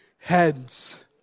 heads